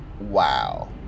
wow